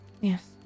yes